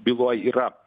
byloj yra